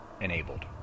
enabled